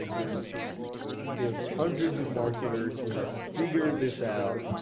like there's there's hundreds of marketers who have figured this out.